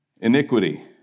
iniquity